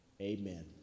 Amen